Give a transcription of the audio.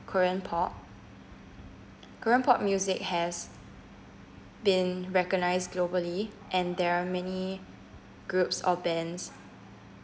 korean pop korean pop music has been recognised globally and there are many groups or bands